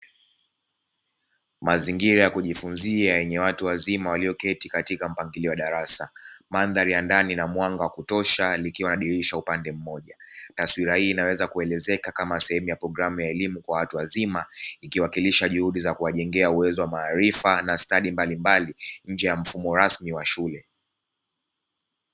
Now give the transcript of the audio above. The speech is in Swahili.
Mazingira ya kujifunzia yenye watu wazima walioketi katika mpangilio wa darasa, mandhari ya ndani na mwanga wa kutosha likiwa na dirisha upande mmoja. Taswira hii inaweza kuelezeka kama sehemu ya programu ya elimu kwa watu wazima, ikiwakilisha juhudi za kuwajengea uwezo wa maarifa na stadi mbalimbali nje ya mfumo rasmi wa shule.